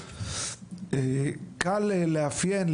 קל לאפיין,